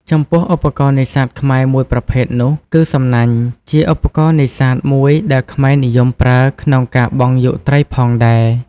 ចំពោះឧបករណ៍នេសាទខ្មែរមួយប្រភេទនោះគឺ សំណាញ់ ជាឧបករណ៍នេសាទមួយដែលខ្មែរនិយមប្រើក្នុងការបង់យកត្រីផងដែរ។